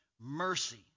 mercy